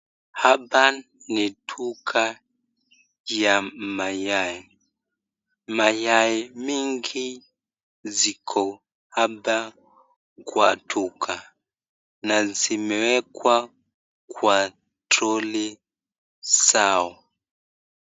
Hapa ni duka ya mayai. Mayai mingi ziko hapa kwatuka na zimewekwa kwa troli zao.